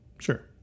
Sure